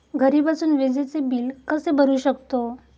घरी बसून विजेचे बिल कसे भरू शकतो?